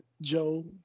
Joe